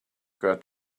got